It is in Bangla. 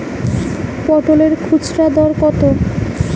পটলের খুচরা দর কত?